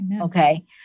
Okay